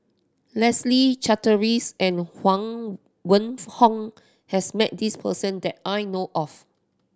Leslie Charteris and Huang Wenhong has met this person that I know of